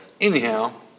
Anyhow